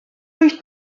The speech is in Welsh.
wyt